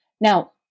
Now